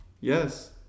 Yes